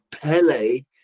pele